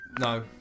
No